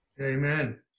Amen